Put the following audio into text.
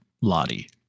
Lottie